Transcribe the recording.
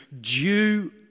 due